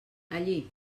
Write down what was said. allí